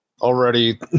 already